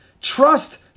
Trust